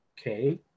okay